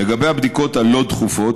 לגבי הבדיקות הלא-דחופות,